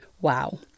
Wow